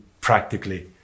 practically